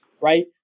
Right